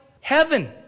heaven